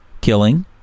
killing